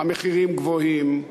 המחירים גבוהים,